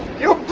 yo